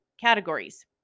categories